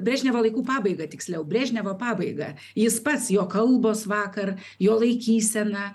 brežnevo laikų pabaigą tiksliau brežnevo pabaigą jis pats jo kalbos vakar jo laikysena